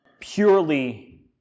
purely